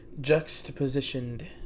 juxtapositioned